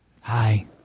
Hi